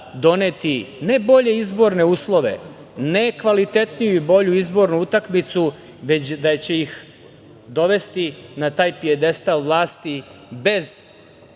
ne bolje izborne uslove, ne kvalitetniju i bolju izbornu utakmicu, već da će ih dovesti na taj pijedestal vlasti bez